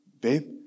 babe